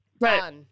Right